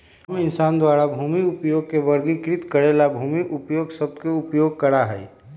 हम इंसान द्वारा भूमि उपयोग के वर्गीकृत करे ला भूमि उपयोग शब्द के उपयोग करा हई